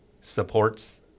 supports